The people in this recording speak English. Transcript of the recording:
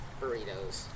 burritos